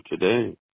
today